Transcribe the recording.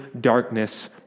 darkness